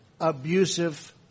abusive